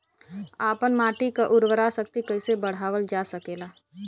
आपन माटी क उर्वरा शक्ति कइसे बढ़ावल जा सकेला?